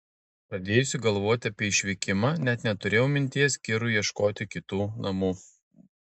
pradėjusi galvoti apie išvykimą net neturėjau minties kirui ieškoti kitų namų